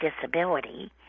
disability